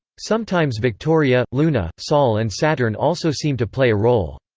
sometimes victoria, luna, sol and saturn also seem to play a role.